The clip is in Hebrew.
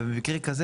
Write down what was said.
ובמקרה כזה,